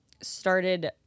Started